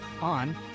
on